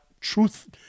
truth